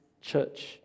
Church